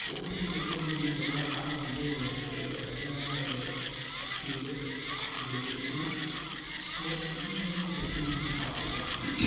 போடுறதுக்கு எப்படி இருக்கும் என்னான்னு தெரியல ஆனால் பார்க்க வந்து ஒரு ரக்கடான ஒரு ஃபீல்லு அப்படி இருக்கும் ஸோ இந்த மாதிரிலாம் ட்ரெஸ்ஸு நிறையா நான் பாரத்துருக்கேன்